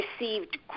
received